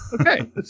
okay